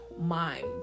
mind